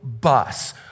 bus